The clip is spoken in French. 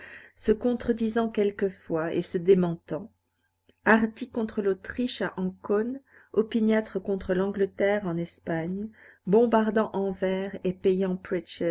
se contredisant quelquefois et se démentant hardi contre l'autriche à ancône opiniâtre contre l'angleterre en espagne bombardant anvers et payant